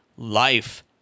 Life